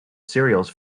cereals